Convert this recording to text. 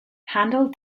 handle